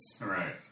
Right